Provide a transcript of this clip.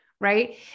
Right